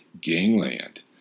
gangland